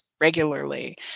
Regularly